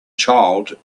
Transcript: child